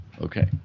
Okay